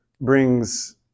brings